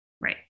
Right